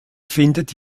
findet